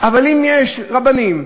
אבל אם יש רבנים,